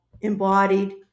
embodied